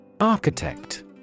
Architect